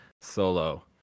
solo